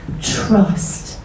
trust